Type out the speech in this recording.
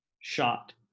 Shot